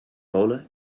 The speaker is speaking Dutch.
polen